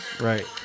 Right